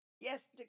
Yes